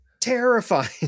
terrifying